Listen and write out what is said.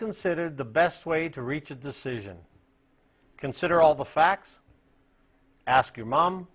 considered the best way to reach a decision consider all the facts ask your mom